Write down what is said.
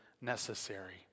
necessary